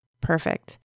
Perfect